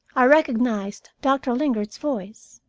i recognized doctor lingard's voice.